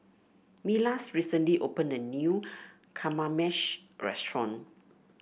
Milas recently opened a new Kamameshi Restaurant